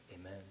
amen